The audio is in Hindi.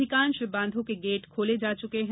अधिकांश बांधों के गेट खोले जा चुके हैं